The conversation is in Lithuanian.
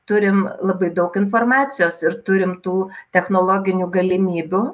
turim labai daug informacijos ir turim tų technologinių galimybių